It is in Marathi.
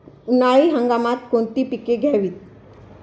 उन्हाळी हंगामात कोणती पिके घ्यावीत?